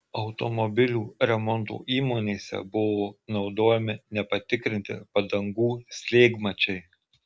automobilių remonto įmonėse buvo naudojami nepatikrinti padangų slėgmačiai